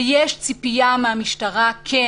ויש ציפייה מהמשטרה כן